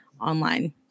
online